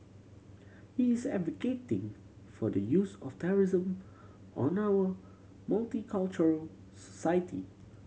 he is advocating for the use of terrorism on our multicultural society